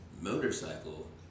motorcycle